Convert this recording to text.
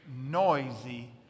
noisy